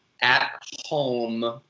at-home